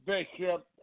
Bishop